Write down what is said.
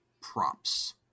Props